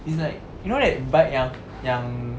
it's like you know that bike yang